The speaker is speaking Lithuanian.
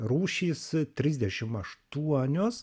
rūšys trisdešim aštuonios